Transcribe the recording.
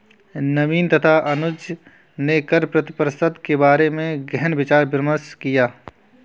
नवीन तथा अनुज ने कर प्रतिस्पर्धा के बारे में गहन विचार विमर्श किया